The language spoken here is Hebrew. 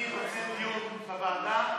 אני רוצה דיון בוועדה.